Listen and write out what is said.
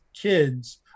kids